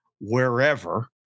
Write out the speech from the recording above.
wherever